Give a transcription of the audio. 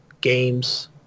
games